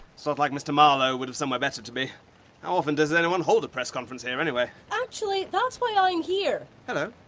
so it's not like mr. marlowe would have somewhere better to be. how often does anyone hold a press conference here anyway? actually, that's why i'm here! hello?